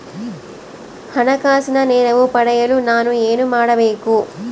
ಹಣಕಾಸಿನ ನೆರವು ಪಡೆಯಲು ನಾನು ಏನು ಮಾಡಬೇಕು?